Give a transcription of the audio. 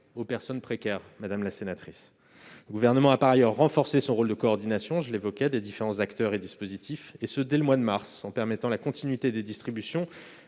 aux personnes précaires. Le Gouvernement a par ailleurs renforcé son rôle de coordination des différents acteurs et dispositifs dès le mois de mars, en permettant la continuité des distributions